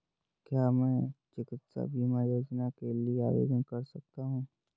क्या मैं चिकित्सा बीमा योजना के लिए आवेदन कर सकता हूँ?